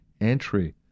entry